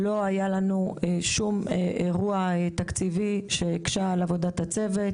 לא היה לנו שום אירוע תקציבי שהקשה על עבודת הצוות,